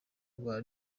rwa